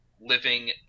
living